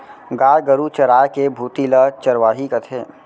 गाय गरू चराय के भुती ल चरवाही कथें